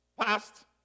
past